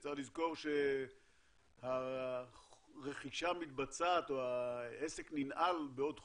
צריך לזכור שהרכישה מתבצעת או העסק ננעל בעוד חודש,